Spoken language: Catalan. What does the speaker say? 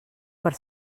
per